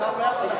השר לא יכול,